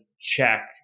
check